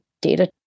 data